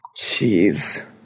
Jeez